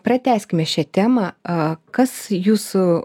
pratęskime šią temą a kas jūsų